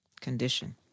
condition